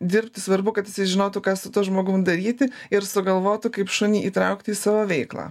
dirbti svarbu kad jisai žinotų ką su tuo žmogum daryti ir sugalvotų kaip šunį įtraukti į savo veiklą